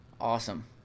Awesome